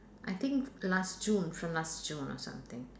I think last June from last June or something